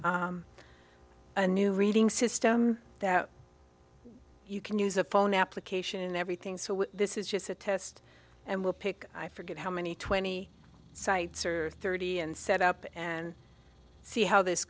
a new reading system that you can use a phone application in everything so this is just a test and we'll pick i forget how many twenty sites or thirty and set up and see how this